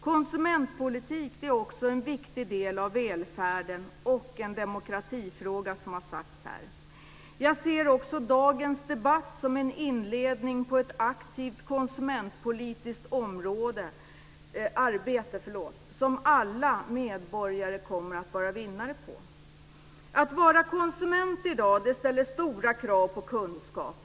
Konsumentpolitik är också en viktig del av välfärden och en demokratifråga, såsom har sagts här. Jag ser också dagens debatt som en inledning på ett aktivt konsumentpolitiskt arbete som alla medborgare kommer att vinna på. Att vara konsument i dag ställer stora krav på kunskap.